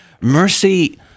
Mercy